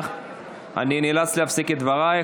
אני נאלץ להפסיק את דברייך.